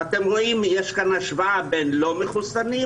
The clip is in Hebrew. אתם רואים שיש כאן השוואה בין לא מחוסנים,